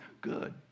Good